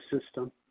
system